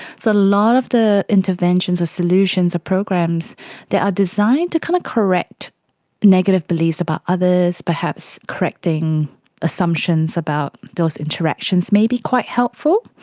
so a lot of the interventions or solutions or programs that are designed to kind of correct negative beliefs about others, perhaps correcting assumptions about those interactions may be quite helpful.